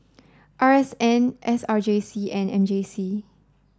R S N S R J C and M J C